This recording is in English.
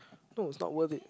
no is not worth it